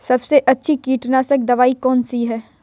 सबसे अच्छी कीटनाशक दवाई कौन सी है?